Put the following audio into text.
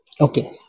Okay